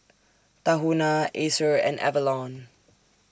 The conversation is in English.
Tahuna Acer and Avalon